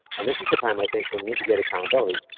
and this is the time i think we need to get accountability,